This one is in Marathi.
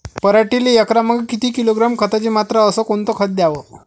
पराटीले एकरामागं किती किलोग्रॅम खताची मात्रा अस कोतं खात द्याव?